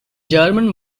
german